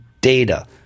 data